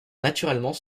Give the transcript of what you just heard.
naturellement